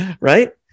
Right